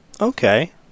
Okay